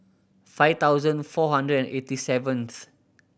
five thousand four hundred and eighty seventh